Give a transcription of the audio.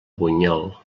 bunyol